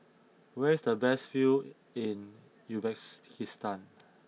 where is the best view in Uzbekistan